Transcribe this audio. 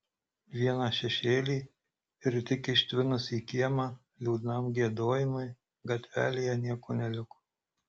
vieną šešėlį ir tik ištvinus į kiemą liūdnam giedojimui gatvelėje nieko neliko